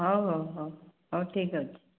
ହଉ ହଉ ହଉ ହଉ ଠିକ୍ ଅଛି